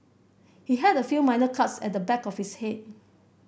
he had a few minor cuts at the back of his head